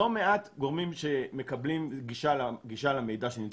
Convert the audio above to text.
לא מעט גורמים שמקבלים גישה למידע שנמצא